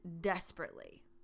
desperately